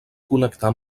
connectar